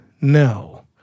no